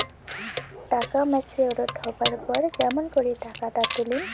টাকা ম্যাচিওরড হবার পর কেমন করি টাকাটা তুলিম?